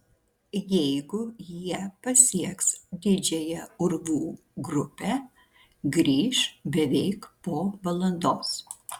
jeigu jie pasieks didžiąją urvų grupę grįš beveik po valandos